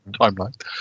timeline